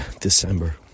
December